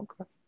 okay